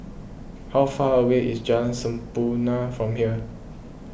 how far away is Jalan Sampurna from here